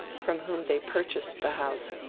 from whom they purchased the house,